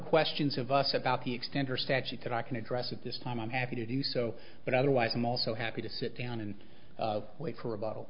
questions of us about the extent or statute that i can address at this time i'm happy to do so but otherwise i'm also happy to sit down and wait for a bottle